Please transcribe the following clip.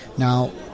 Now